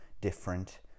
different